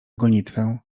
gonitwę